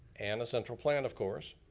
and a central plant of course.